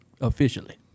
officially